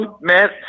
met